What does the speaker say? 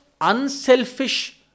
unselfish